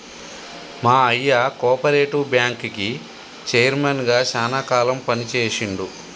మా అయ్య కోపరేటివ్ బ్యాంకుకి చైర్మన్ గా శానా కాలం పని చేశిండు